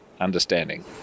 understanding